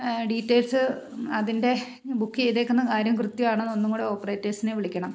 details അതിൻ്റെ book ചെയ്തിരിക്കുന്ന കാര്യം കൃത്യമാണോയെന്നുംകൂടി ഓപ്പറേറ്റേഴ്സിനെ വിളിക്കണം